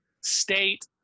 state